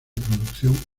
producción